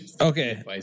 Okay